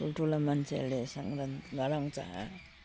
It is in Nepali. ठुल्ठुलो मान्छेहरूले सङ्क्रान्ति गराउँछ